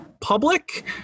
public